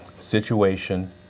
Situation